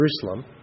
Jerusalem